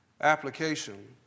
application